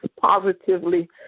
positively